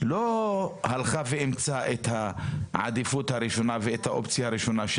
לא הלכה ואימצה את העדיפות הראשונה ואת האופציה הראשונה.